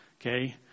Okay